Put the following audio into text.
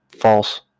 False